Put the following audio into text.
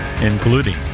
including